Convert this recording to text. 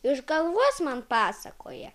iš galvos man pasakoja